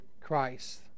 Christ